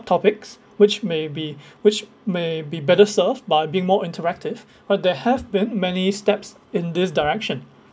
topics which may be which may be better served by being more interactive but there have been many steps in this direction